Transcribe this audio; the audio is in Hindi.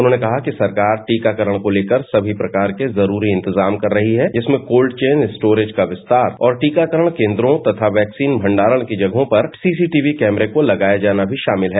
उन्होंने कहा कि सरकार टीकाकरण को तेकर समी प्रकार के जरूरी इंतजाम कर रही है जिसमें कोल्ड वेन स्टोरेज का विस्तार और टीकाकरण कॅद्रों तथा वैक्सीन भंडारण की जगहों पर सीसीटीवी कैमरा को लगाया जाना भी सामिल है